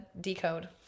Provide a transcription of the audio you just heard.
decode